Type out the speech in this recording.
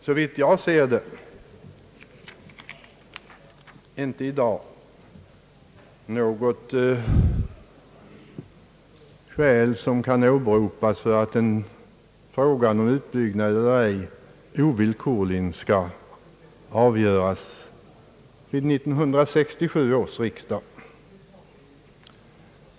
Såvitt jag förstår finns det i dag icke något skäl som kan åberopas för att frågan om utbyggnad eller inte ovillkorligen skall avgöras vid 1967 års riksdag.